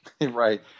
Right